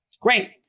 Great